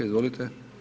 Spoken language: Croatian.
Izvolite.